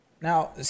Now